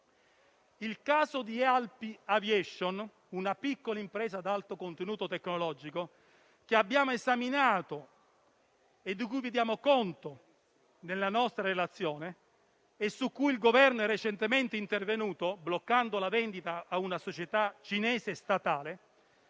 Il caso di Alpi Aviation, una piccola impresa ad alto contenuto tecnologico, che abbiamo esaminato e di cui vi diamo conto nella nostra relazione, sulla quale il Governo è recentemente intervenuto, bloccando la vendita a una società cinese statale,